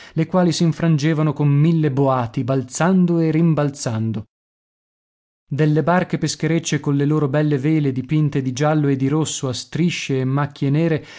le quali s'infrangevano con mille boati balzando e rimbalzando delle barche pescherecce colle loro belle vele dipinte di giallo e di rosso a strisce e macchie nere